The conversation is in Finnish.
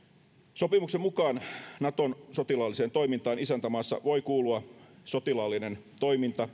sopimuksen mukaan naton sotilaalliseen toimintaan isäntämaassa voi kuulua sotilaallinen toiminta